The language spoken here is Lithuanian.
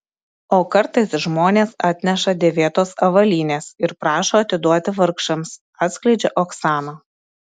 o kartais žmonės atneša dėvėtos avalynės ir prašo atiduoti vargšams atskleidžia oksana